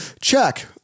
check